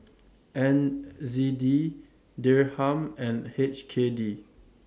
N Z D Dirham and H K D